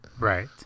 right